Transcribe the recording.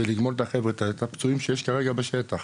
זה לגמול את החבר'ה את הפצועים שיש כרגע בשטח.